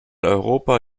europa